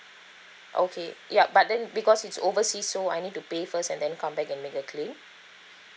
okay yup but then because it's overseas so I need to pay first and then come back and make a claim